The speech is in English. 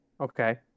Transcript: Okay